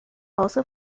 also